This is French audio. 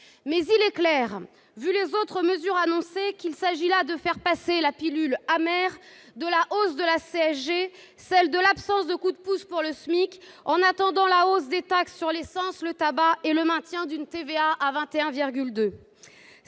Mais il est clair, vu les autres mesures annoncées, qu'il s'agit là de faire passer la pilule amère de la hausse de la CSG et celle de l'absence de coup de pouce pour le SMIC, en attendant la hausse des taxes sur l'essence, le tabac et le maintien d'une TVA à 21,2 %.